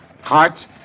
Hearts